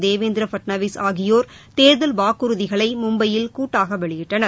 தேவேந்திர பட்னாவிஸ் ஆகியோர் தேர்தல் வாக்குறுதிகளை மும்பையில் கூட்டாக வெளியிட்டனர்